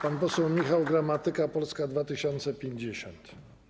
Pan poseł Michał Gramatyka, Polska 2050.